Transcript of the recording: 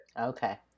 Okay